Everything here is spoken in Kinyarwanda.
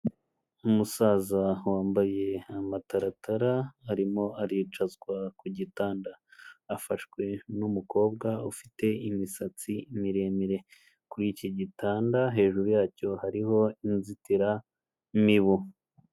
Umusaza wambaye amataratara arimo aricazwa ku gitanda, afashwe n'umukobwa ufite imisatsi miremire, kuri iki gitanda hejuru yacyo hariho inzitiramibu.